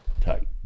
tight